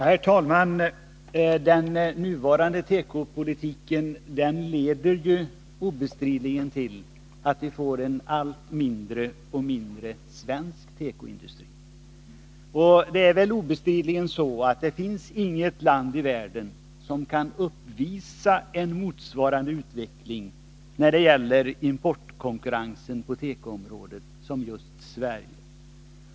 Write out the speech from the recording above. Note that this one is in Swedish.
Herr talman! Den nuvarande tekopolitiken leder obestridligen till att vi får en allt mindre svensk tekoindustri. Det är otvivelaktigt så att inget land i världen kan uppvisa en motsvarande utveckling som den svenska när det gäller importkonkurrensen på tekoområdet.